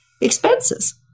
expenses